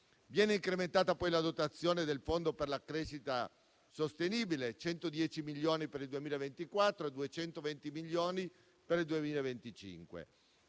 Viene incrementata poi la dotazione del Fondo per la crescita sostenibile (110 milioni di euro per il 2024 e 220 milioni per il 2025).